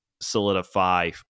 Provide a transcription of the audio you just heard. solidify